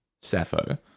Sappho